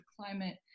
climate